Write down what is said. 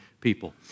people